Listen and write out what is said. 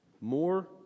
more